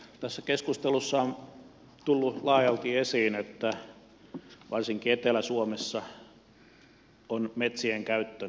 tässä keskustelussa on tullut laajalti esiin että varsinkin etelä suomessa on metsien käyttö vähäistä